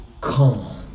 calm